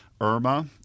IRMA